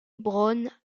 brown